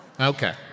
Okay